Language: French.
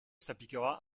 s’appliquera